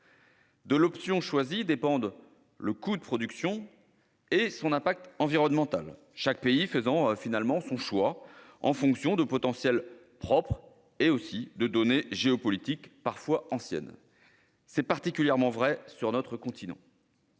De l'option choisie dépendent le coût de la production et son impact environnemental, chaque pays faisant son choix en fonction de potentiels propres et de données géopolitiques parfois anciennes. C'est particulièrement vrai sur notre continent.